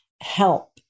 help